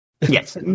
Yes